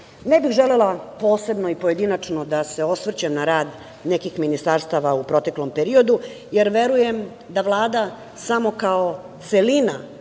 bih želela posebno i pojedinačno da se osvrćem na rad nekih ministarstava u proteklom periodu, jer verujem da Vlada samo kao celina